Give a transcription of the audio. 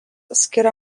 skiria